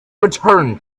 return